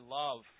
love